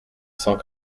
cent